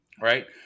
Right